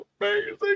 amazing